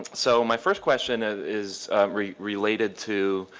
so my first question is is related to,